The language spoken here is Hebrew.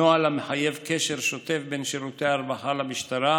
נוהל המחייב קשר שוטף בין שירותי הרווחה למשטרה,